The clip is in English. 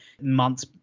months